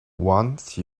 once